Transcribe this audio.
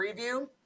preview